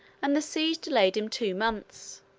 and the siege delayed him two months.